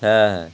হ্যাঁ হ্যাঁ